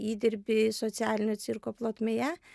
įdirbį socialinio cirko plotmėje